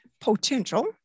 potential